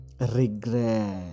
Regret